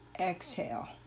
exhale